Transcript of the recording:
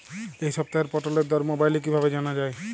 এই সপ্তাহের পটলের দর মোবাইলে কিভাবে জানা যায়?